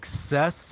success